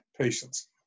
patience